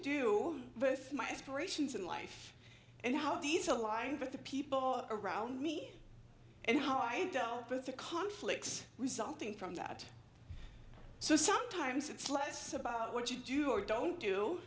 do with my explorations in life and how these aligned with the people around me and how i dealt with the conflicts resulting from that so sometimes it's less about what you do or don't do